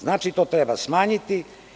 Znači to treba smanjiti.